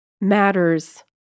matters